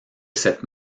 cette